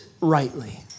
rightly